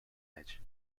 edge